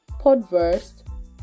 Podverse